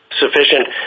sufficient